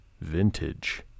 vintage